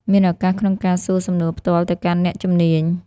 មានឱកាសក្នុងការសួរសំណួរផ្ទាល់ទៅកាន់អ្នកជំនាញ។